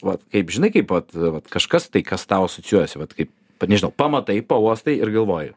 vat kaip žinai kaip vat vat kažkas tai kas tau asocijuojasi vat kaip nežinau pamatai pauostai ir galvoji